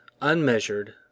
unmeasured